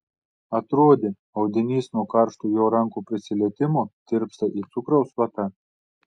atrodė audinys nuo karšto jo rankų prisilietimo tirpsta it cukraus vata